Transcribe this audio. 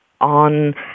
on